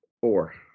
Four